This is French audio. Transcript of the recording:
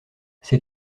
ses